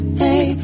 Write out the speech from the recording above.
hey